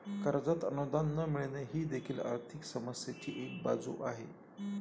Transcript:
कर्जात अनुदान न मिळणे ही देखील आर्थिक समस्येची एक बाजू आहे